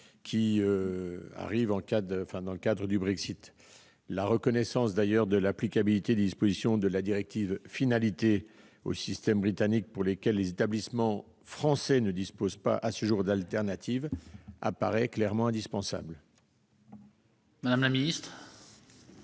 financier en cas de Brexit. La reconnaissance de l'applicabilité des dispositions de la directive Finalité aux systèmes britanniques pour lesquels les établissements français ne disposent pas à ce jour d'alternative apparaît comme clairement indispensable. Quel est